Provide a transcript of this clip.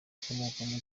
ikomokamo